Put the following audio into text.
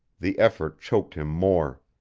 the effort choked him more.